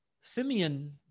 Simeon